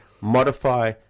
modify